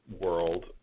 world